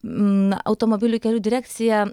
na automobilių kelių direkcija